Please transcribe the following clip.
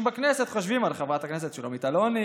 בכנסת חושבים על חברת הכנסת שולמית אלוני